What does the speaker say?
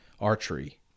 archery